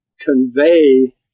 convey